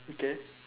okay